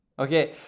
okay